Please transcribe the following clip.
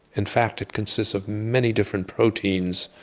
in fact it consists of many different proteins,